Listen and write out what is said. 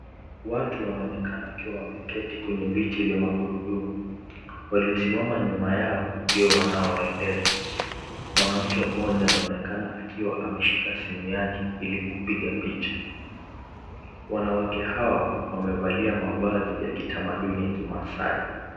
Watu wanaonekana wakiwa wameketi kwenye viti vya magurudumu waliosimama nyuma yao ndio wanaowaendesha. Mwanamke mmoja anaonekana akiwa ameshika simu yake ili kupiga picha, wanawake hao wamevalia mavazi ya kitamaduni ya kimasai.